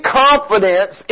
confidence